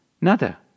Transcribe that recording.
Nada